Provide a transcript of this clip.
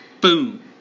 Boom